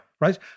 right